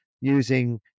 using